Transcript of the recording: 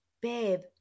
babe